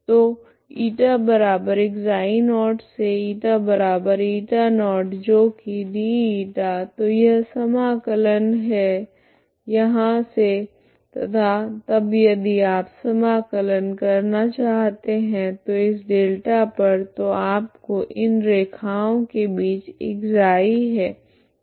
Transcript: तो η ξ0 से η η0 जो की d η तो यह समाकलन है यहाँ से तथा तब यदि आप समाकलन करना चाहते है इस डेल्टा पर तो आपको इन रैखाओं के बीच ξ है